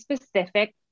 specific